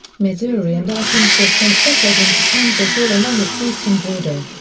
missouri and arkansas sent settlers into kansas all along its eastern border.